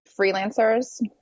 freelancers